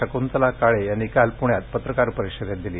शकृंतला काळे यांनी काल प्ण्यात पत्रकार परिषदेत दिली